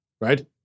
right